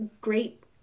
great